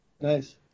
Nice